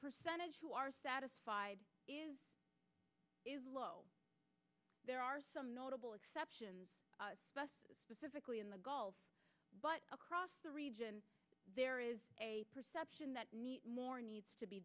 percentage who are satisfied is is low there are some notable exceptions specifically in the gulf but across the region there is a perception that more needs to be